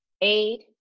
aid